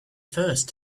first